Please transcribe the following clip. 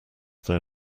their